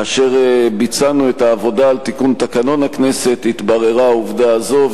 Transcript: כאשר עשינו את העבודה על תיקון תקנון הכנסת התבררה העובדה הזאת,